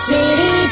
City